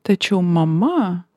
tačiau mama